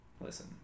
listen